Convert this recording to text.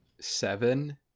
seven